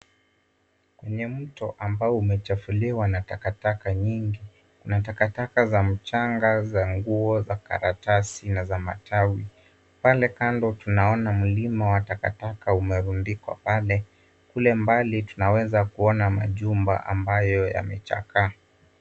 Kwenye mto ambao umechafuliwa na takataka nyingi, kuna takataka za mchanga zanguo, za karatasi na za matawi. Pale kando tunaona mlima wa takataka umerundikwa pale. Kule mbali tunaweza kunona majumba ambayo yamechakaa.